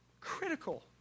critical